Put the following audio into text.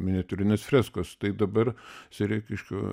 miniatiūrinės freskos tai dabar sereikiškių